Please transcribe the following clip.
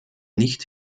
nicht